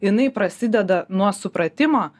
jinai prasideda nuo supratimo